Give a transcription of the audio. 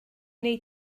wnei